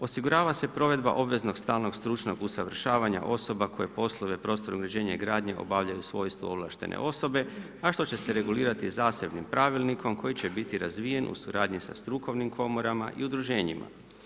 Osigurava se provedba obveznog stalnog stručnog usavršavanja osoba koje poslove prostornog uređenja i gradnje obavljaju u svojstvu ovlaštene osobe, a što će se regulirati zasebnim pravilnikom koji će biti razvijen u suradnji sa strukovnim komorama i udruženjima.